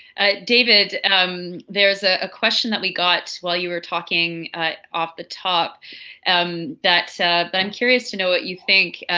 david, um there is ah a question that we got while you were talking off the top and i'm curious to know what you think.